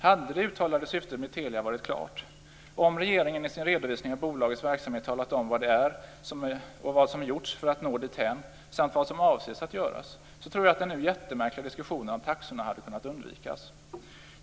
Hade det uttalade syftet med Telia varit klart - om regeringen med sin redovisning av bolagets verksamhet hade talat om vad det är, vad som gjorts för att nå dithän samt vad som avses att göras - tror jag att den nu mycket märkliga diskussionen om taxorna skulle ha kunnat undvikas.